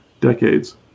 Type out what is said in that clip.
Decades